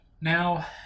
Now